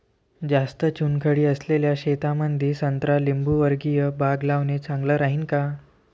जास्त चुनखडी असलेल्या शेतामंदी संत्रा लिंबूवर्गीय बाग लावणे चांगलं राहिन का?